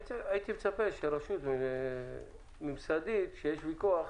הייתי מצפה שרשות ממסדית, כאשר יהיה ויכוח